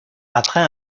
après